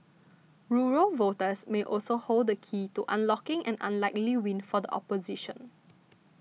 rural voters may also hold the key to unlocking an unlikely win for the opposition